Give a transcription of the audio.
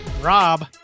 Rob